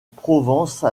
provence